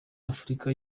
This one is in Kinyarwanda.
afrika